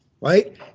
right